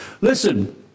Listen